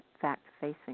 fact-facing